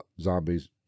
zombies